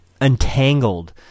untangled